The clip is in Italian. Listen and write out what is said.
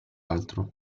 altro